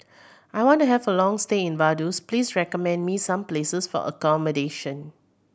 I want to have a long stay in Vaduz please recommend me some places for accommodation